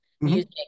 music